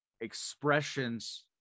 expressions